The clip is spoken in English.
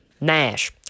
Nash